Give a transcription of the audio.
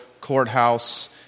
Courthouse